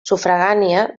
sufragània